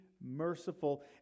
merciful